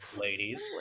ladies